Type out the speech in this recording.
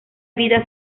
vida